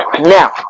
Now